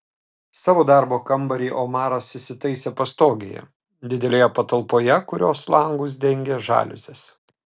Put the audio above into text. savo darbo kambarį omaras įsitaisė pastogėje didelėje patalpoje kurios langus dengė žaliuzės